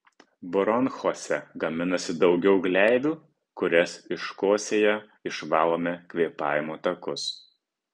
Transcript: bronchuose gaminasi daugiau gleivių kurias iškosėję išvalome kvėpavimo takus